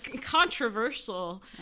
controversial